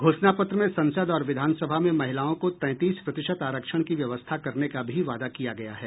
घोषणा पत्र में संसद और विधानसभा में महिलाओं को तैंतीस प्रतिशत आरक्षण की व्यवस्था करने का भी वादा किया गया है